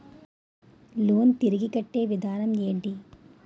Loan తిరిగి కట్టే విధానం ఎంటి?